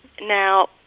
Now